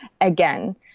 again